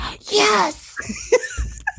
Yes